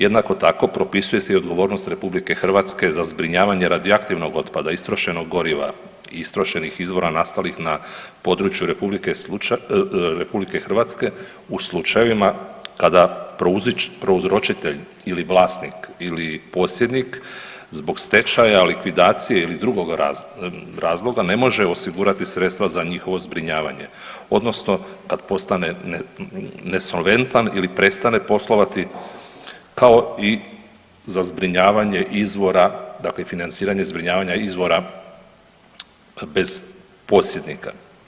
Jednako tako propisuje se i odgovornost RH za zbrinjavanje radioaktivnog otpada istrošenog goriva i istrošenih izvora nastalih na području RH u slučajevima kada prouzročitelj ili vlasnik ili posjednik zbog stečaja, likvidacije ili drugog razloga ne može osigurati sredstva za njihovo zbrinjavanje odnosno kad postane nesolventan ili prestane poslovati kao i za zbrinjavanja izvora dakle financiranje zbrinjavanje izvora bez posjednika.